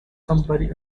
somebody